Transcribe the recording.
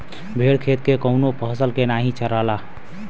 भेड़ खेत के कवनो फसल के नाही चरला